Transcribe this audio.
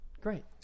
Great